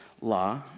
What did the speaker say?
law